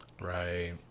Right